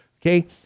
okay